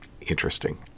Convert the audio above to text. Interesting